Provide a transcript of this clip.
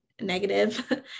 negative